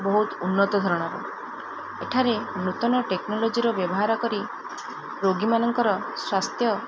ବହୁତ ଉନ୍ନତ ଧରଣର ଏଠାରେ ନୂତନ ଟେକ୍ନୋଲୋଜିର ବ୍ୟବହାର କରି ରୋଗୀମାନଙ୍କର ସ୍ୱାସ୍ଥ୍ୟ